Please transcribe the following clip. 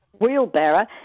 wheelbarrow